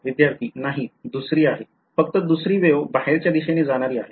विध्यार्थी नाही दुसरी आहे फक्त दुसरी वेव बाहेरच्या दिशेने जाणारी आहे